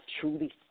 truly